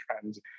trends